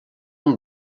amb